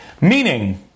Meaning